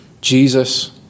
Jesus